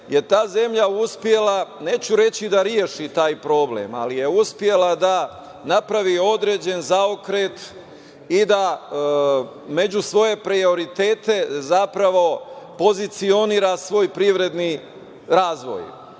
je ta zemlja uspela, neću reći da reši taj problem, ali je uspela da napravi određen zaokret i da među svoje prioritete zapravo pozicionira svoj privredni razvoj.Za